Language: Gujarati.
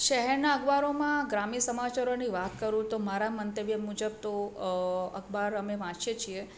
શહેરના અખબારોમાં ગ્રામ્ય સમચારોની વાત કરું તો મારા મંતવ્ય મુજબ તો અખબાર અમે વાંચીએ છીએ